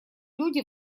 люди